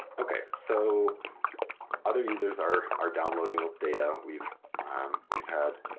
okay so other users are are downloading data, we've um we've had